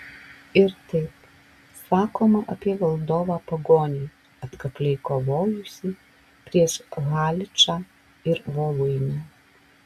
ir taip sakoma apie valdovą pagonį atkakliai kovojusį prieš haličą ir voluinę